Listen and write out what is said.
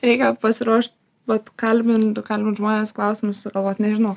reikia pasiruošt vat kalbin kalbint žmones klausimus sugalvot nežinau